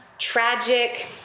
tragic